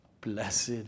Blessed